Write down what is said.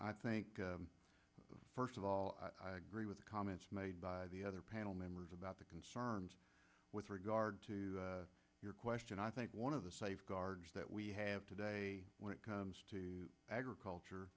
i think first of all with the comments made by the other panel members about the concerns with regard to your question i think one of the safeguards that we have today when it comes to agriculture